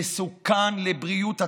"מסוכן לבריאות הציבור".